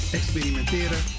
experimenteren